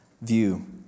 view